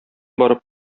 барып